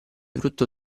frutto